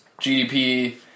GDP